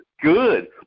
good